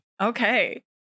Okay